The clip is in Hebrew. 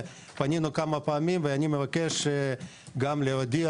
פנינו כמה פעמים ואני מבקש גם להודיע